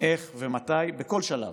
איך ומתי, בכל שלב.